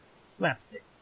Slapstick